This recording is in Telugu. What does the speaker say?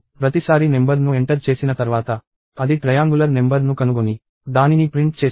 మరియు ప్రతిసారి నెంబర్ ను ఎంటర్ చేసిన తర్వాత అది ట్రయాంగులర్ నెంబర్ ను కనుగొని దానిని ప్రింట్ చేస్తుంది